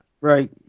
Right